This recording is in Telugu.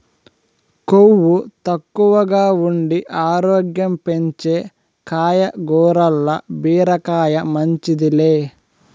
కొవ్వు తక్కువగా ఉండి ఆరోగ్యం పెంచే కాయగూరల్ల బీరకాయ మించింది లే